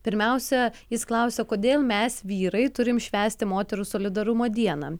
pirmiausia jis klausia kodėl mes vyrai turim švęsti moterų solidarumo dieną